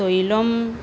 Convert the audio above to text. तैलम्